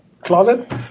closet